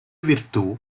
virtù